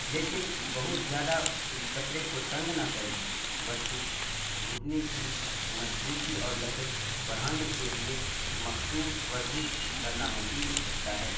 لیکن بہت زیادہ اس کپڑے کو تنگ نہ کریں ورزش گھٹنے کی مضبوطی اور لچک بڑھانے کے لیے مخصوص ورزش کرنا مفید ہو سکتا ہے